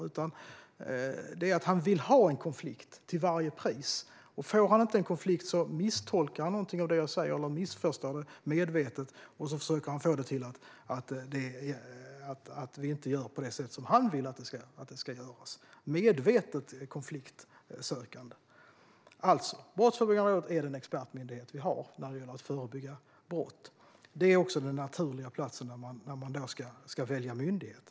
Han vill till varje pris ha en konflikt, och om han inte får en konflikt misstolkar eller missförstår han medvetet någonting av det jag säger och få det till att vi inte gör på det sätt som han vill att det ska göras. Han är medvetet konfliktsökande. Brottsförebyggande rådet är den expertmyndighet vi har när det gäller att förebygga brott. Det är också den naturliga platsen när man ska välja myndighet.